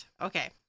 Okay